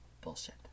bullshit